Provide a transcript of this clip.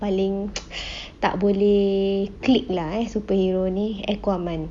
paling tak boleh click lah eh superhero ni aquaman